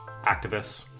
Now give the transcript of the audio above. activists